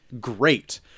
great